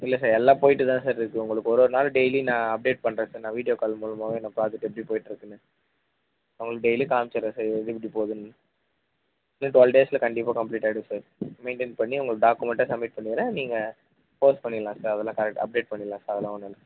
இல்லை சார் எல்லாம் போய்கிட்டு தான் சார் இருக்குது உங்களுக்கு ஒரு ஒரு நாள் டெய்லி நான் அப்டேட் பண்ணுறேன் சார் நான் வீடியோ கால் மூலயாவே நான் ப்ராஜெக்ட் எப்படி போய்கிட்ருக்குனு உங்களுக்கு டெய்லி காமிச்சுடறேன் சார் இதுதது எப்படி போகுதுன்னு இன்னும் டுவெல் டேஸ்சில் கண்டிப்பாக கம்ப்ளீட் ஆகிடும் சார் மெயின்டெயின் பண்ணி உங்களுக்கு டாக்குமெண்டாக சப்மிட் பண்ணிடுறேன் நீங்கள் போஸ்ட் பண்ணிடலாம் சார் அதெலாம் கரெக்ட் அப்டேட் பண்ணிடலாம் சார் அதெலாம் ஒன்றும் இல்லை